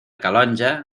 calonge